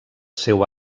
seu